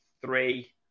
three